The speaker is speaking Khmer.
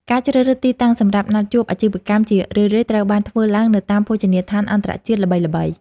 ការជ្រើសរើសទីតាំងសម្រាប់ណាត់ជួបអាជីវកម្មជារឿយៗត្រូវបានធ្វើឡើងនៅតាមភោជនីយដ្ឋានអន្តរជាតិល្បីៗ។